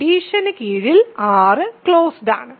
എഡിഷന് കീഴിൽ R closed ആണ്